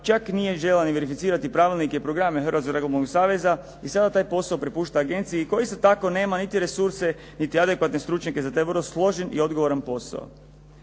čak nije željela ni verificirati pravilnike i programe Hrvatskog zrakoplovnog saveza i sada taj posao prepušta agenciji koji isto tako nema niti resurse, niti adekvatne stručnjake za taj vrlo složen i odgovoran posao.